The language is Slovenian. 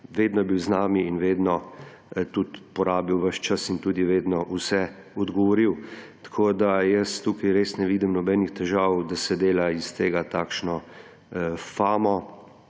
vedno je bil z nami in vedno tudi porabil ves čas in tudi vedno na vse odgovoril. Tako tukaj res ne vidim nobenih težav, da se dela iz tega takšno famo